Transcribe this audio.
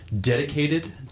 dedicated